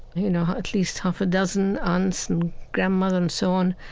you know, at least half a dozen aunts and grandmother and so on.